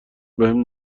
بهم